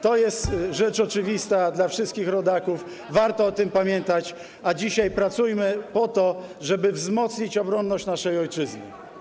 To jest rzecz oczywista dla wszystkich rodaków, warto o tym pamiętać, a dzisiaj pracujmy po to, żeby wzmocnić obronność naszej ojczyzny.